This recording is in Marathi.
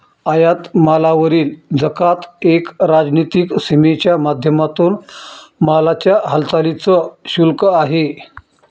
आयात मालावरील जकात एक राजनीतिक सीमेच्या माध्यमातून मालाच्या हालचालींच शुल्क आहे